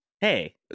Hey